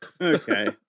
Okay